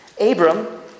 Abram